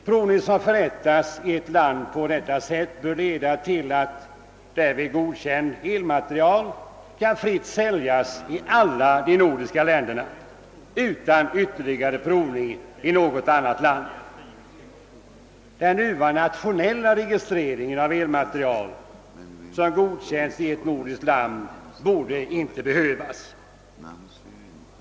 Provning som förrättas i ett land bör leda till att därvid godkänd elmateriel kan fritt säljas i alla de nordiska länderna utan ytterligare provning i något annat land. Den nuvarande nationella registreringen av elmateriel, som godkänts i ett nordiskt land, borde icke behövas.